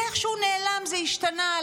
זה איכשהו נעלם, זה השתנה.